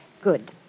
Good